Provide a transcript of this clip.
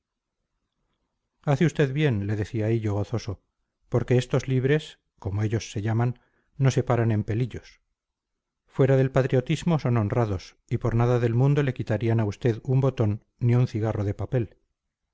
hace usted bien le decía hillo gozoso porque estos libres como ellos se llaman no se paran en pelillos fuera del patriotismo son honrados y por nada del mundo le quitarían a usted un botón ni un cigarro de papel